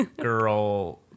girl